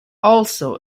also